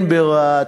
הן ברהט,